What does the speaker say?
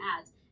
ads